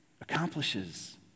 accomplishes